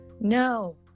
no